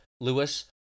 Lewis